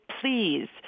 please